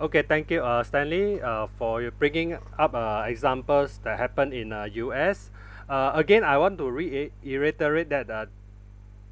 okay thank you uh stanley uh for your bringing up a examples that happened in uh U_S uh again I want to reit~ reiterate that uh